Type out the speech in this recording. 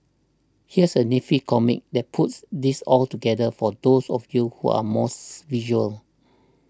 here's a nifty comic that puts this all together for those of you who are mores s visual